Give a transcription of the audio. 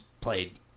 played